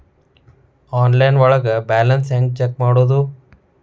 Online ಒಳಗೆ balance ಹ್ಯಾಂಗ check ಮಾಡೋದು?